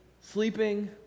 sleeping